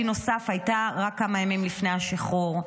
נוסף הייתה רק כמה ימים לפני השחרור.